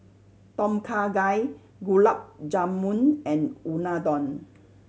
Tom Kha Gai Gulab Jamun and Unadon